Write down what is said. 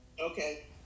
Okay